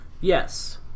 Yes